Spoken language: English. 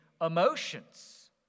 emotions